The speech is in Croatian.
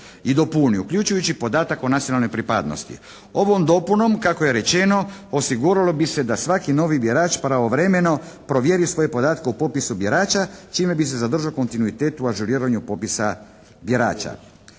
i dopuni uključujući podatak o nacionalnoj pripadnosti. Ovom dopunom kako je rečeno, osiguralo bi se da svaki novi birač pravovremeno provjeri svoje podatke u popisu birača čime bi se zadržao kontinuitet u ažuriranju popisa birača.